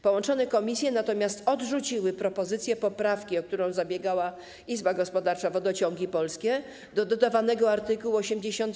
Połączone komisje natomiast odrzuciły propozycję poprawki, o którą zabiegała Izba Gospodarcza Wodociągi Polskie, do dodawanego art. 87a